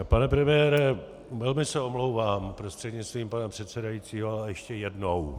Pane premiére, velmi se omlouvám prostřednictvím pana předsedajícího, ale ještě jednou.